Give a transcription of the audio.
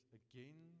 again